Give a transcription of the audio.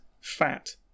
Fat